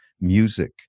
music